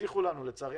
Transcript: הבטיחו לנו לצערי,